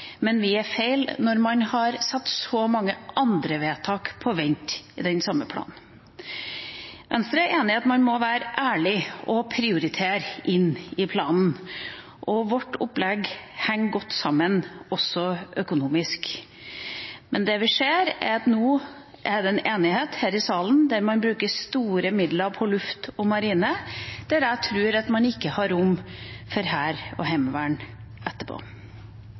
men å kaste seg over et innkjøp av overvåkningsfly, som er så dårlig utredet, som er så dårlig faglig fundert, mener vi er feil når man har satt så mange andre vedtak på vent i den samme planen. Venstre er enig i at man må være ærlig og prioritere inn i planen, og vårt opplegg henger godt sammen også økonomisk. Men det vi ser, er at nå er det en enighet her i salen om at man bruker store midler på luftforsvar og marine, og jeg